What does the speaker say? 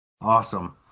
Awesome